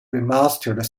remastered